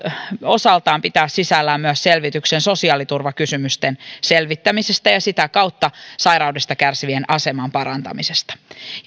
osaltaan pitää sisällään myös selvityksen sosiaaliturvakysymyksistä ja sitä kautta sairaudesta kärsivien aseman parantamisesta